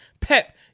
pep